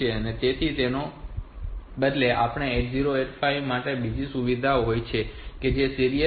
તેથી તેના બદલે આપણી પાસે 8085 માં બીજી સુવિધા હોય છે જે સીરીયલ ઇનપુટ છે